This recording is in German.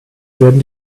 werden